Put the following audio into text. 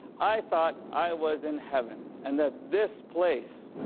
i thought i was in heaven and that this place,